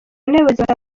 n’abayobozi